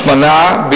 השמנה,